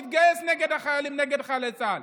מתגייס נגד חיילי צה"ל,